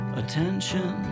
attention